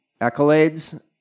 accolades